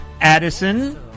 Addison